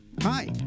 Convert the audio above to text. Hi